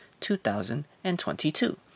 2022